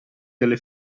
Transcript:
delle